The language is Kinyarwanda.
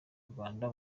rwanda